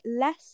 less